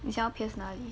你想要 pierce 哪里